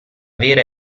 vera